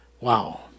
Wow